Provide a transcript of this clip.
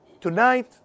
Tonight